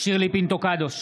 שירלי פינטו קדוש,